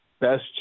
best